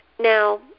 now